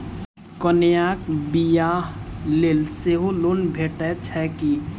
कन्याक बियाह लेल सेहो लोन भेटैत छैक की?